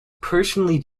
personally